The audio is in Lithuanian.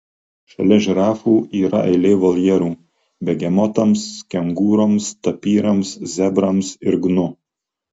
šalia žirafų yra eilė voljerų begemotams kengūroms tapyrams zebrams ir gnu